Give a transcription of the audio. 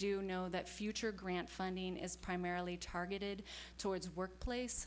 do know that future grant funding is primarily targeted towards workplace